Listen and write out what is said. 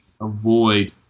avoid